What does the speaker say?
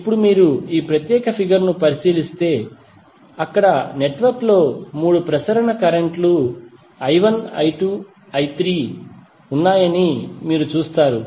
ఇప్పుడు మీరు ఈ ప్రత్యేక ఫిగర్ ను పరిశీలిస్తే అక్కడ నెట్వర్క్ లో 3 ప్రసరణ కరెంట్ లు I1 I2 మరియు I3 ఉన్నాయని మీరు చూస్తారు